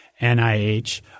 NIH